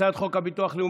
אושרה בקריאה